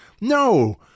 No